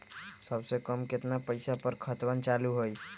सबसे कम केतना पईसा पर खतवन चालु होई?